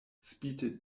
spite